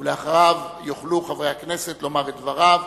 לאחריו יוכלו חברי הכנסת לומר את דברם,